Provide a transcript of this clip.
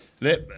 Let